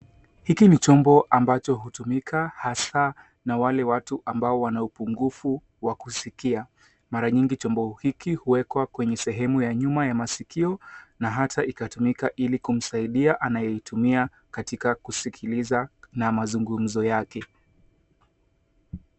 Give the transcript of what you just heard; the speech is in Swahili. Hiki ni chombo ambacho hutumika hasa na wale watu ambao wana upungufu wa kusikia. Mara nyingi chombo hiki huekwa kwenye sehemu ya nyuma ya masikio na ata ikatumika ili kumsaidia anayeitumia katika kusikiliza na mazungumzo yake.